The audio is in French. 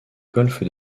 golfe